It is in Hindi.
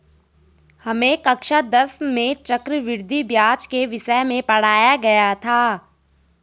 हमें कक्षा दस में चक्रवृद्धि ब्याज के विषय में पढ़ाया गया था